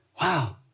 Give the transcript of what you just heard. Wow